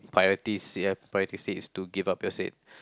priority seat priority seat is to give up your seat